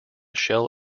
shell